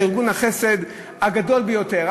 ארגון החסד הגדול ביותר,